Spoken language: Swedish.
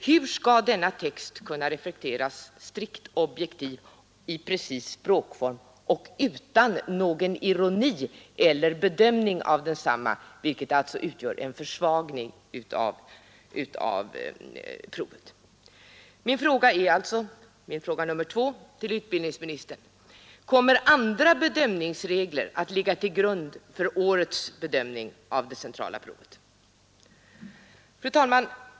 Hur skall denna text kunna refereras strikt objektivt, i precis språkform och utan någon ironi eller bedömning av densamma, vilket alltså utgör en försvagning av provet? Min fråga nr2 till utbildningsministern är: Kommer andra bedömningsregler att ligga till grund för årets bedömning av det centrala provet? Fru talman!